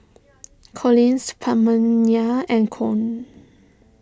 Collis Pamelia and Con